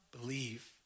Believe